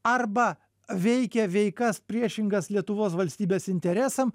arba veikia veikas priešingas lietuvos valstybės interesam